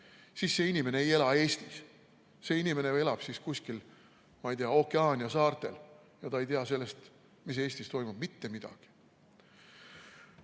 siis see inimene ei ela Eestis. See inimene elab siis kuskil, ma ei tea, Okeaania saartel ja ta ei tea sellest, mis Eestis toimub, mitte midagi. See